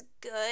good